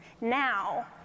Now